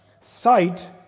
Sight